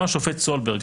גם השופט סולברג,